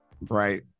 right